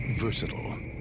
versatile